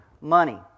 money